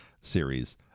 series